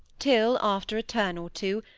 till, after a turn or two,